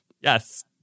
Yes